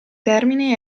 termini